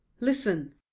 Listen